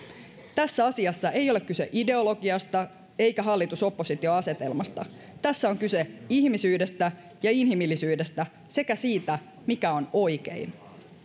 tässä asiassa ei ole kyse ideologiasta eikä hallitus oppositio asetelmasta tässä on kyse ihmisyydestä ja inhimillisyydestä sekä siitä mikä on oikein